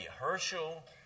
Herschel